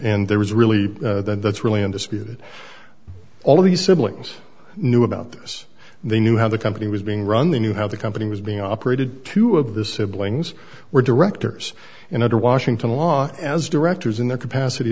there was really that's really in dispute it all of these siblings knew about this they knew how the company was being run they knew how the company was being operated two of this siblings were directors and under washington law as directors in their capacity